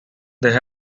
there